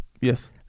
yes